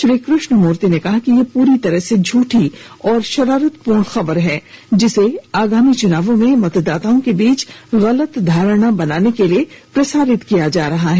श्री कृष्णामूर्ति ने कहा कि यह पूरी तरह से झूठी और शरारतपूर्ण खबर है जिसे आगामी चुनावों में मतदाताओं के बीच गलत धारणा बनाने के लिए प्रसारित किया जा रहा है